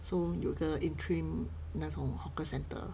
so 有个 interim 那种 hawker centre